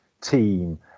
team